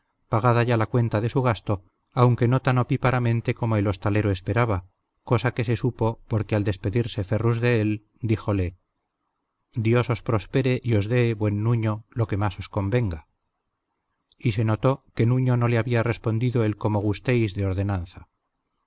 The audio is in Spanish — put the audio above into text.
pagada ya la cuenta de su gasto aunque no tan opíparamente como el hostalero esperaba cosa que se supo porque al despedirse ferrus de él díjole dios os prospere y os dé buen nuño lo que más os convenga y se notó que nuño no le había respondido el como gustéis de ordenanza